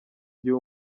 gihe